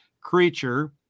creature